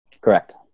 Correct